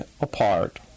apart